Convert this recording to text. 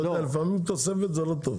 אתם לא מתנגדים, לפעמים תוספת זה לא טוב.